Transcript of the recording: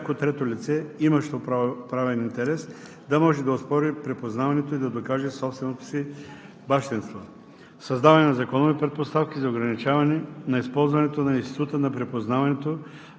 на припознаването преди и след извършването му, като се създаде правна възможност за всяко трето лице, имащо правен интерес, да може да оспори припознаването и да докаже собственото си бащинство;